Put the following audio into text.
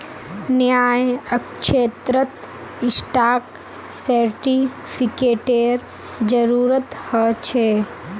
न्यायक्षेत्रत स्टाक सेर्टिफ़िकेटेर जरूरत ह छे